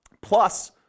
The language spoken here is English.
plus